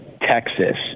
texas